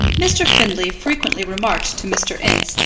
mr. findlay frequently remarked to mr. ince,